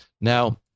Now